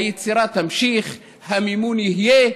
היצירה תימשך, המימון יהיה.